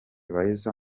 beza